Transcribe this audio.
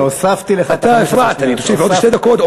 הוספתי לך, עוד שתי דקות?